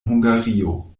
hungario